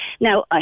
now